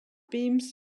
beams